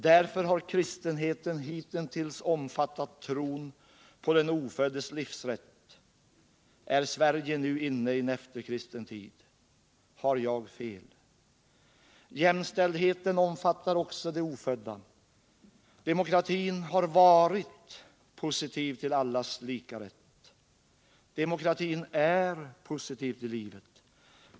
Därför har kristenheten hitintills omfattat tron på den oföddes livsrätt. Är Sverige nu inne i en efterkristen tid? Har jag fel? Jämställdheten omfattar också de ofödda. Demokratin har varit positiv till allas lika rätt. Demokratin är positiv till livet.